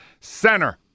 Center